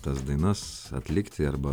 tas dainas atlikti arba